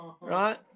Right